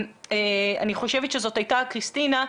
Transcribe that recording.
אני חושבת שזאת הייתה כריסטינה,